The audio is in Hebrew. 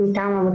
מענה